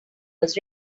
was